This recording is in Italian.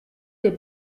dei